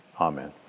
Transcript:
Amen